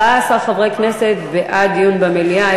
14 חברי כנסת בעד דיון במליאה,